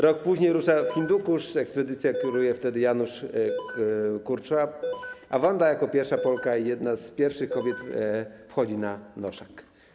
Rok później rusza w Hindukusz, ekspedycją kieruje wtedy Janusz Kurczab, a Wanda jako pierwsza Polka i jedna z pierwszych kobiet wchodzi na Noszak.